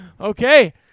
Okay